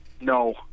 No